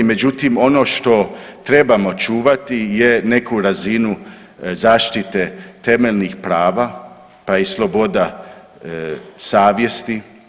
Međutim, ono što trebamo čuvati je neku razinu zaštite temeljnih prava, pa i sloboda savjesti.